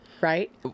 right